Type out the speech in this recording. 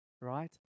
Right